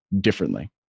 differently